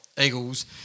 Eagles